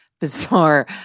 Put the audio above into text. bizarre